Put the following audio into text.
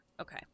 Okay